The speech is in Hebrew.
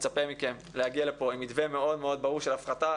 אני מצפה מכם להגיע עם מתווה מאוד ברור של הפחתה.